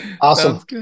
Awesome